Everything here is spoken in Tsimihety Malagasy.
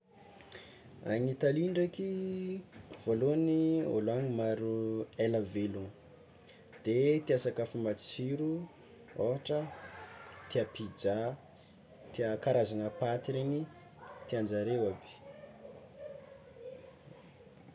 Agny Italia ndraiky, voalohany olo any maro ela velogno de tià sakafo matsiro ôhatra tià pizza, tià karazagna paty regny tiànjareo aby.